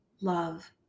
love